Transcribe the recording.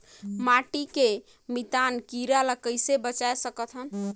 माटी के मितान कीरा ल कइसे बचाय सकत हन?